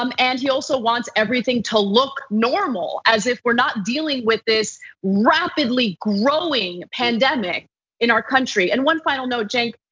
um and he also wants everything to look normal as if we're not dealing with this rapidly growing pandemic in our country. and one final note, cenk,